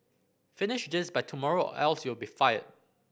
finish this by tomorrow else you'll be fired